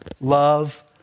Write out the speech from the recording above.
love